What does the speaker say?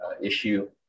issue